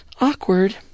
Awkward